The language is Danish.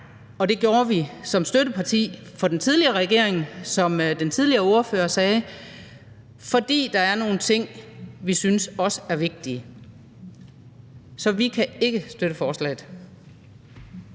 vi med til som støtteparti for den tidligere regering, som den tidligere ordfører sagde, fordi der er nogle ting, vi også synes er vigtige. Så vi kan ikke støtte forslaget.